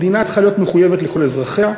מדינה צריכה להיות מחויבת לכל אזרחיה,